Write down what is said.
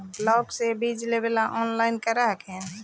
ब्लोक्बा से बिजबा लेबेले ऑनलाइन ऑनलाईन कर हखिन न?